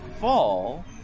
fall